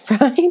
right